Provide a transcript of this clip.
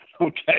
okay